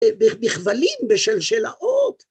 בכבלים בשלשלאות